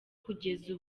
kugeza